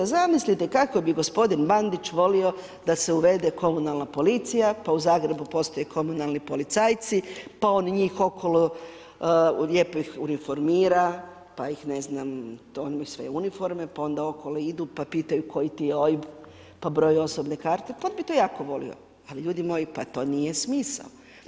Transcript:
Zamislite kako bi gospodin Bandić volio da se uvede komunalna policija pa u Zagrebu postoje komunalni policajci, pa oni njih okolo lijepo ih uniformira, pa ih ne znam oni imaju svoje uniforme, pa oni okolo idu, pa pitaju koji ti je OIB pa broj osobne karte pa on bi to jako volio, ali ljudi moji pa to nije smisao.